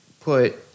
put